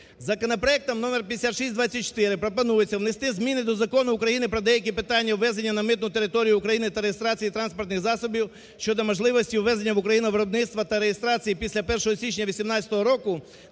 Законопроектом номер 5624 пропонується внести зміни до Закону України "Про деякі питання ввезення на митну територію України та реєстрації транспортних засобів" щодо можливості ввезення в Україну виробництва та реєстрації після 1 січня 2018 року